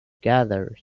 gathers